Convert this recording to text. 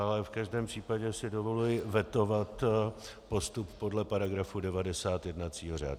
Ale v každém případě si dovoluji vetovat postup podle § 90 jednacího řádu.